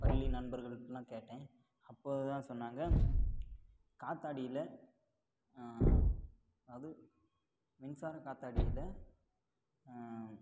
பள்ளி நண்பர்களுக்கெலாம் கேட்டேன் அப்போதுதான் சொன்னாங்க காத்தாடியில் அதுவும் மின்சார காத்தாடியில்